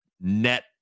net